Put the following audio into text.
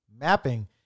mapping